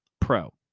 Pro